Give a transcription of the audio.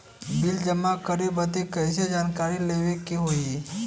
Bill जमा करे बदी कैसे जानकारी लेवे के होई?